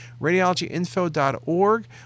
Radiologyinfo.org